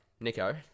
Nico